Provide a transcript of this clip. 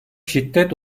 şiddet